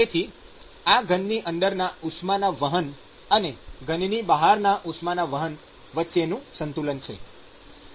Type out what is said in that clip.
તેથી આ ઘનની અંદરના ઉષ્માના વહન અને ઘનની બહારના ઉષ્માના વહન વચ્ચેનું સંતુલન છે